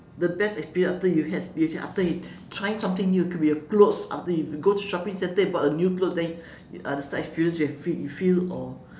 the best experience after you had is after you trying something new could be your clothes after you go shopping centre you bought a new clothes then uh describe the experience you have feel feel or